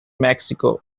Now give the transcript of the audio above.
mexico